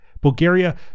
Bulgaria